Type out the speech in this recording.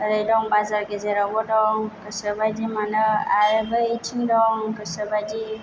ओरै दं बाजार गेजेरावबो दं गोसोबाइदि मोनो आरो बैथिं दं गोसो बाइदि